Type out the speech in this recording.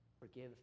forgive